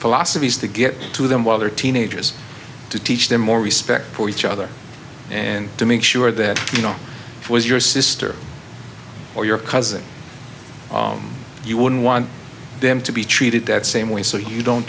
philosophy is to get to them while they're teenagers to teach them more respect for each other and to make sure that you know it was your sister or your cousin you wouldn't want them to be treated the same way so you don't